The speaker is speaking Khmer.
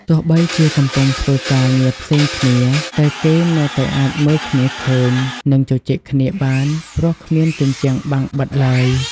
ទោះបីជាកំពុងធ្វើការងារផ្សេងគ្នា តែគេនៅតែអាចមើលគ្នាឃើញ និងជជែកគ្នាបាន ព្រោះគ្មានជញ្ជាំងបាំងបិទឡើយ។